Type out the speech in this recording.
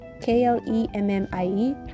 K-L-E-M-M-I-E